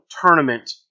Tournament